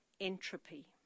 entropy